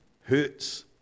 hurts